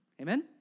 Amen